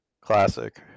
Classic